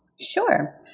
Sure